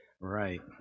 right